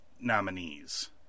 nominees